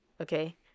Okay